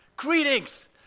Greetings